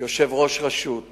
ראש רשות מקומית,